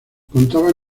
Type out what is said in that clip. contaba